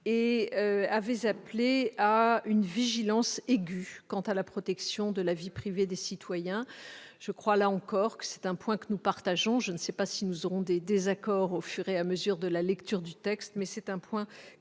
en appelant à une vigilance aiguë quant à la protection de la vie privée des citoyens. C'est, là encore, un point que nous partageons. Je ne sais pas si nous aurons des désaccords au fur et à mesure de l'examen du texte, mais nous nous